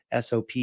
SOP